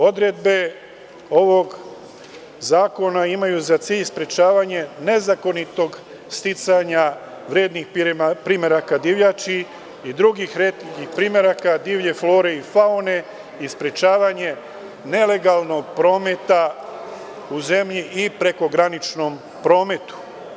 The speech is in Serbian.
Odredbe ovog zakona imaju za cilj sprečavanje nezakonitog sticanja vrednih primeraka divljači i primeraka divlje flore i faune i sprečavanje nelegalnog prometa u zemlji i prekograničnom prometu.